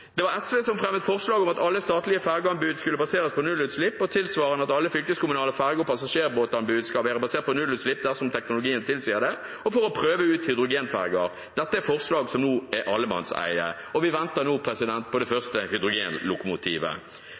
Det var SV som fremmet forslaget om at alle statlige fergeanbud skulle baseres på nullutslipp, og tilsvarende at alle fylkeskommunale ferge- og passasjerbåtanbud skal være basert på nullutslipp dersom teknologien tilsier det, og for å prøve ut hydrogenferger. Dette er forslag som nå er allemannseie. Vi venter nå på det første hydrogenlokomotivet.